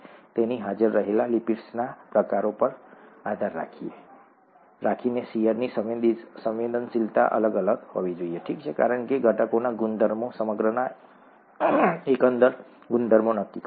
તેથી હાજર રહેલા લિપિડ્સના પ્રકારો પર આધાર રાખીને શીયરની સંવેદનશીલતા અલગ અલગ હોવી જોઈએ ઠીક છે કારણ કે ઘટકોના ગુણધર્મો સમગ્રના એકંદર ગુણધર્મો નક્કી કરે છે